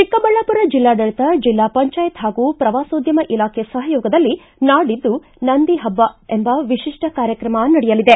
ಚಿಕ್ಕಬಳ್ಳಾಮರ ಜಿಲ್ಲಾಡಳತ ಜಿಲ್ಲಾ ಪಂಚಾಯತ್ ಹಾಗೂ ಪ್ರವಾಸೋದ್ದಮ ಇಲಾಖೆ ಸಹಯೋಗದಲ್ಲಿ ನಾಡಿದ್ದು ನಂದಿಹಬ್ಬ ಎಂಬ ವಿಶಿಷ್ಟ ಕಾರ್ಯಕ್ರಮ ನಡೆಯಲಿದೆ